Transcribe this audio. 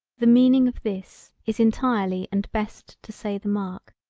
the meaning of this is entirely and best to say the mark,